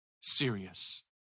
serious